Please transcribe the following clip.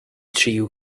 tríú